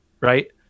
Right